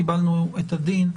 קיבלנו את הדין.